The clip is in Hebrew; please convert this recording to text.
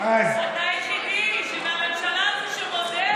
אתה היחידי מהממשלה הזו שמודה,